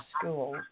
school